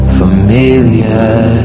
familiar